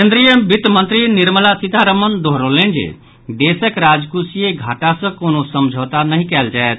केंद्रीय वित्तमंत्र निर्मला सीतारामन दोहरौलनि जे देशक राजकोषीय घाटा सँ कोनो समझौता नहि कयल जायत